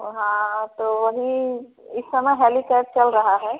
और हाँ तो वही इस समय हेलीकैल चल रहा है